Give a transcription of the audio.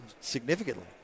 significantly